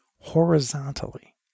horizontally